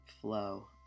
flow